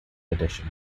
edition